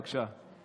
בבקשה.